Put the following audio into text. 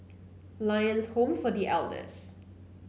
Lions Home for The Elders